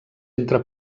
entre